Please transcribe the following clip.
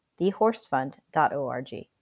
thehorsefund.org